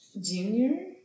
Junior